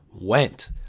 went